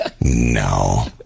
No